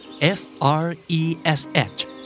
F-R-E-S-H